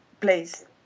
place